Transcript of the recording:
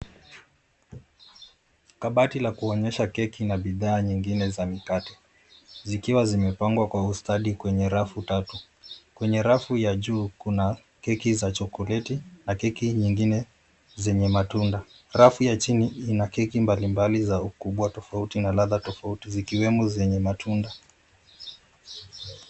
Kabati la kuonyesha keki na bidhaa nyingine za mikate zikiwa zimepangwa kwa ustadi kwenye rafu tatu. Kwenye rafu ya juu, kuna keki za chokoleti na na keki nyingine zenye matunda. Rafu ya chini ina keki mbalimbali za ukubwa tofauti na radha tofauti zikiwemo zenye matunda.